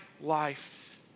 life